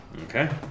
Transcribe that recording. Okay